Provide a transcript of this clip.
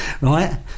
right